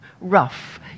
rough